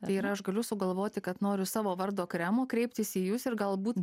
tai yra aš galiu sugalvoti kad noriu savo vardo kremo kreiptis į jus ir galbūt